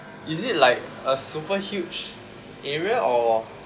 is it like a super huge area or